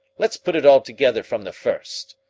let's put it all together from the first.